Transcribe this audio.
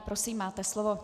Prosím, máte slovo.